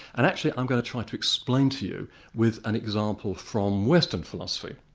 and actually i'm going to try to explain to you with an example from western philosophy.